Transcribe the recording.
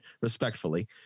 respectfully